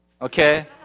Okay